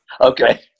Okay